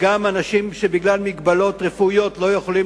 וגם כאלה שבגלל מגבלות רפואיות לא יכולים